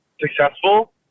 successful